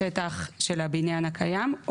או תוספת של 100% מהשטח של הבניין הקיים.